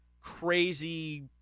crazy